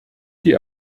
die